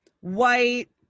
white